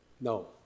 No